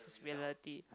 reality